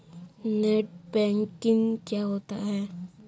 Net banking क्या होता है?